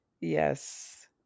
Yes